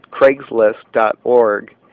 Craigslist.org